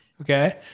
Okay